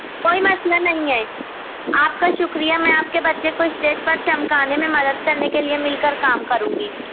کوئی مسئلہ نہیں ہے آپ کا شکریہ میں آپ کے بچے کو اسٹیج پر چمکانے میں مدد کرنے کے لیے مل کر کام کروں گی